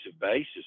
basis